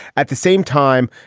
at the same time,